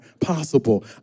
possible